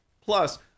Plus